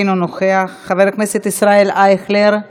אינו נוכח, חבר הכנסת ישראל אייכלר,